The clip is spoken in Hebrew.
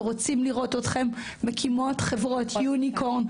ורוצים לראות אתכם מקימות חברות יוניקורן,